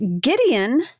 Gideon